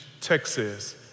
Texas